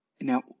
Now